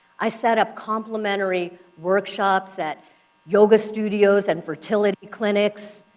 i set up complimentary workshops at yoga studios and fertility clinics,